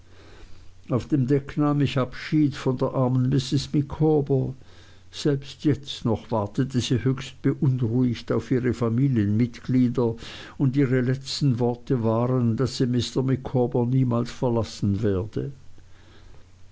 auf dem deck nahm ich abschied von der armen mrs micawber selbst jetzt noch wartete sie höchst beunruhigt auf ihre familienmitglieder und ihre letzten worte waren daß sie mr micawber niemals verlassen werde